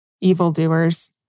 evildoers